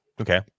Okay